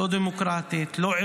לא דמוקרטית,